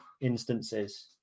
instances